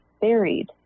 buried